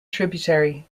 tributary